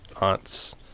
aunt's